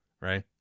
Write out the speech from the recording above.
right